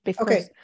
Okay